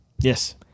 Yes